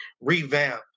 revamp